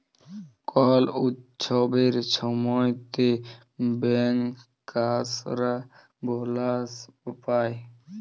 call উৎসবের ছময়তে ব্যাংকার্সরা বলাস পায়